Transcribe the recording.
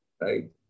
right